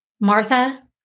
Martha